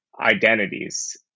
identities